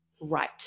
right